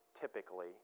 typically